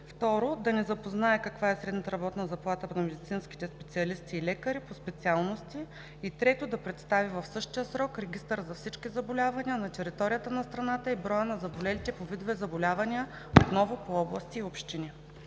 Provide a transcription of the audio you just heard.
2. Да ни запознае каква е средната работна заплата на медицинските специалисти и лекари по специалности. 3. Да представи в същия срок регистър за всички заболявания на територията на страната и броя на заболелите по видове заболявания отново по области и общини.“